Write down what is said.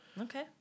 Okay